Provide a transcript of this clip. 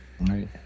right